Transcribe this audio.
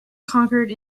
conquered